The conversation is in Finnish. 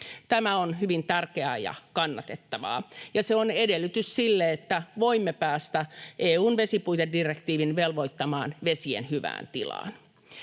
Tämä on hyvin tärkeää ja kannatettavaa, ja se on edellytys sille, että voimme päästä EU:n vesipuitedirektiivin velvoittamaan vesien hyvään tilaan.